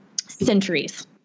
centuries